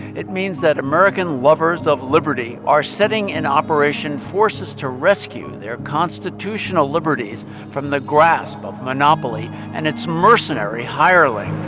it means that american lovers of liberty are setting in operation forces to rescue their constitutional liberties from the grasp of monopoly and its mercenary hirelings